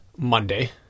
Monday